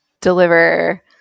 deliver